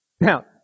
Now